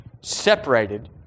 separated